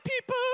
people